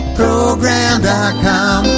program.com